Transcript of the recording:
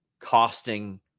costing